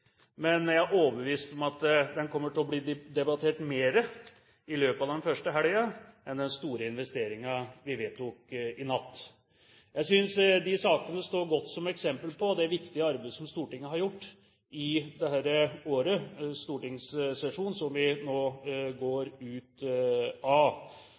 men jeg er overbevist om at den saken kommer til å bli debattert mer i løpet av den første helga enn de store investeringene vi vedtok i natt. Jeg synes de sakene står seg godt som eksempel på det viktige arbeidet som Stortinget har gjort i den stortingssesjonen vi nå går ut av. Jeg synes ikke minst at det forliket som